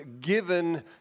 given